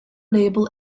label